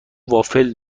وافل